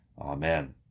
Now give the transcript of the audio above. Amen